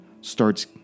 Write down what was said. starts